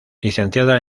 licenciada